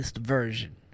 version